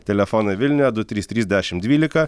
telefonai vilniuje du trys trys dešim dvylika